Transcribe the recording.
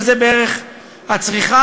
שזה בערך הצריכה.